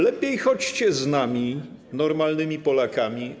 Lepiej chodźcie z nami, normalnymi Polakami.